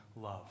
love